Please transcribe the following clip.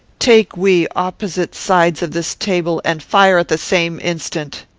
take we opposite sides of this table, and fire at the same instant